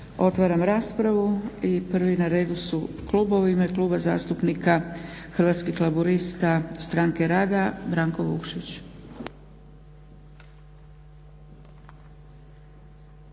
Otvaram raspravu. Prvi na redu su klubovi. U ime Kluba zastupnika Hrvatskih laburista – Stranke rada Branko Vukšić. **Vukšić,